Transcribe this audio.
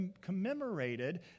commemorated